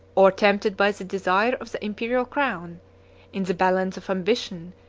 or tempted by the desire of the imperial crown in the balance of ambition,